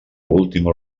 última